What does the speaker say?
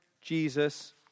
Jesus